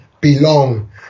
belong